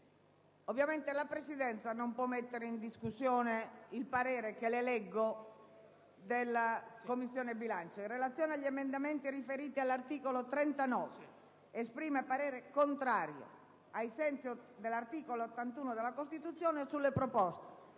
ovviamente non può mettere in discussione il parere della Commissione bilancio, che le leggo: «In relazione agli emendamenti riferiti all'articolo 39, esprime parere contrario, ai sensi dell'articolo 81 della Costituzione, sulle proposte